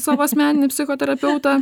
savo asmeninį psichoterapeutą